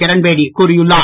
கிரண்பேடி கூறியுள்ளார்